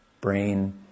brain